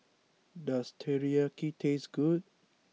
does Teriyaki taste good